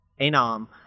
Anom